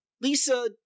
Lisa